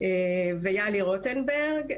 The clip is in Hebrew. ויהלי רוטנברג.